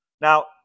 Now